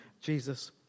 Jesus